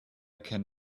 can